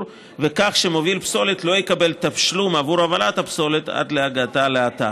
כך שמוביל פסולת לא יקבל תשלום עבור הובלת הפסולת עד להגעתה לאתר.